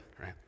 right